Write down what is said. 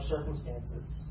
circumstances